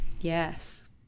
yes